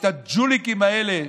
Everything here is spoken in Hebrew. את הג'וליקים האלה,